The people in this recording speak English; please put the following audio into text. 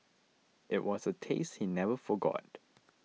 it was a taste he never forgot